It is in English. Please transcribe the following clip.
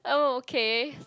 oh okay